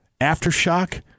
Aftershock